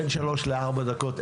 בין שלוש לארבע דקות,